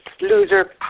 Loser